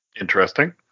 Interesting